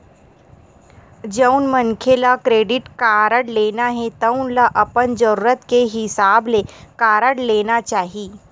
जउन मनखे ल क्रेडिट कारड लेना हे तउन ल अपन जरूरत के हिसाब ले कारड लेना चाही